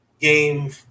game